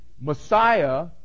Messiah